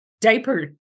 diaper